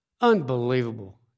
unbelievable